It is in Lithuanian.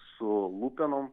su lupenom